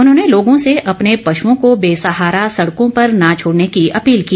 उन्होंने लोगों से अपने पशुओं को बेसहारा सड़कों पर न छोड़ने की अपील की